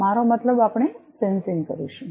મારો મતલબ આપણે સેન્સિંગ કરીશું